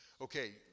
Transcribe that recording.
Okay